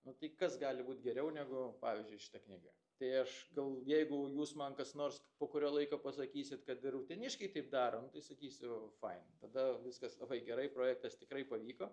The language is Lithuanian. nu tai kas gali būt geriau negu pavyzdžiui šita knyga tai aš gal jeigu jūs man kas nors po kurio laiko pasakysit kad ir uteniškiai taip daro nu tai sakysiu fain tada viskas labai gerai projektas tikrai pavyko